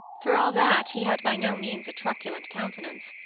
for all that, he had by no means a truculent countenance.